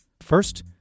First